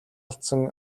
алдсан